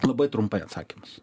labai trumpai atsakymas